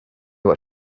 what